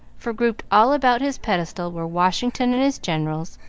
for grouped all about his pedestal were washington and his generals,